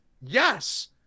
yes